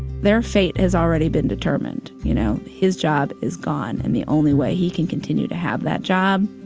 their fate has already been determined, you know? his job is gone. and the only way he can continue to have that job